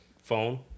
phone